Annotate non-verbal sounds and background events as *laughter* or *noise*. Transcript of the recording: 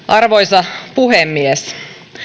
*unintelligible* arvoisa puhemies